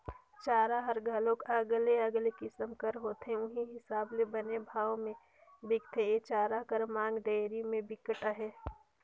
चारा हर घलोक अलगे अलगे किसम कर होथे उहीं हिसाब ले बने भाव में बिकथे, ए चारा कर मांग डेयरी में बिकट अहे